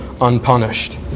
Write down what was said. unpunished